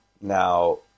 Now